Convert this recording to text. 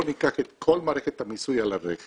בואו ניקח את כל מערכת המיסוי על הרכב,